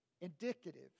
indicative